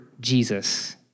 Jesus